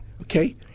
Okay